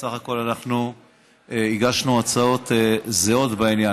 בסך הכול אנחנו הגשנו הצעות זהות בעניין.